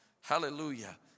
Hallelujah